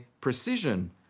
precision